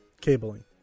cabling